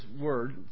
word